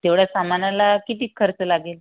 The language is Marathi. हां तेवढ्या सामानाला किती खर्च लागेल